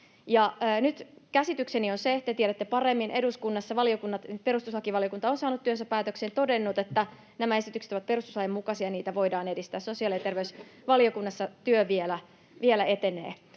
Nyt käsitykseni on se — te tiedätte paremmin — että eduskunnassa perustuslakivaliokunta on saanut työnsä päätökseen, todennut, että nämä esitykset ovat perustuslain mukaisia ja niitä voidaan edistää. Sosiaali- ja terveysvaliokunnassa työ vielä etenee.